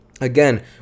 Again